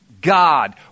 God